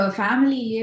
family